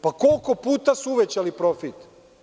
Pa koliko puta su uvećali profit?